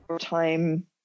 time